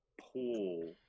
pool